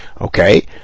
Okay